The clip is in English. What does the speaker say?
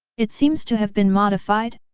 it seems to have been modified?